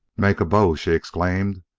make a bow! she exclaimed.